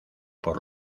por